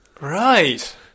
Right